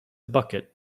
bucket